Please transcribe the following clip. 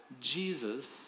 Jesus